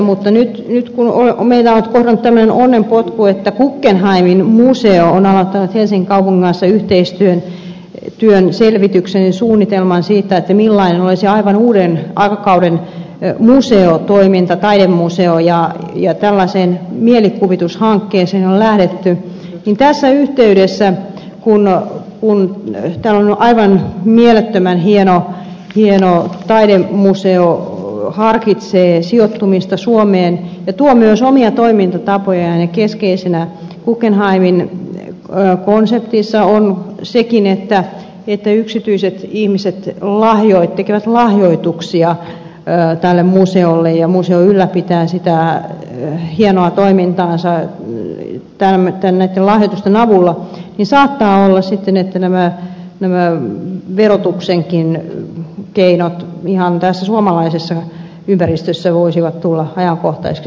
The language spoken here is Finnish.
mutta nyt kun meitä on kohdannut tällainen onnenpotku että guggenheimin museo on aloittanut helsingin kaupungin kanssa yhteistyönä selvityksen ja suunnitelman siitä millainen olisi aivan uuden aikakauden museotoiminta taidemuseo ja tällaiseen mielikuvitushankkeeseen on lähdetty tässä yhteydessä kun tällainen aivan mielettömän hieno taidemuseo harkitsee sijoittumista suomeen ja tuo myös omia toimintatapojaan ja keskeisenä guggenheimin konseptissa on sekin että yksityiset ihmiset tekevät lahjoituksia tälle museolle ja museo ylläpitää sitä hienoa toimintaansa ja liittää me teemme tällä lahjoitusten avulla saattaa olla että nämä verotuksenkin keinot ihan tässä suomalaisessa ympäristössä voisivat tulla ajankohtaisiksi